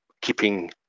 keeping